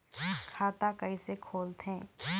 खाता कइसे खोलथें?